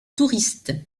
touristes